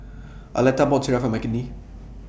Arletta bought Sireh For Mckinley